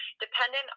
dependent